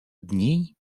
dni